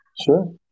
sure